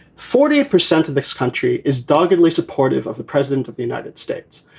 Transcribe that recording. forty eight percent of this country is doggedly supportive of the president of the united states.